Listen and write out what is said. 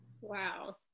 Wow